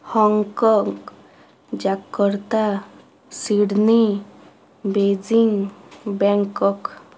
Hong Kong Jakarta Sydney Beijing Bangkok